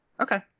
okay